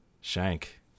Shank